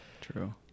True